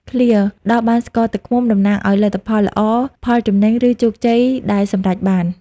ឃ្លា «ដល់បានស្ករទឹកឃ្មុំ» តំណាងឱ្យលទ្ធផលល្អ ផលចំណេញ ឬជោគជ័យដែលសម្រេចបាន។